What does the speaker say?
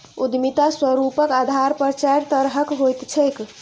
उद्यमिता स्वरूपक आधार पर चारि तरहक होइत छैक